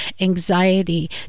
anxiety